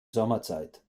sommerzeit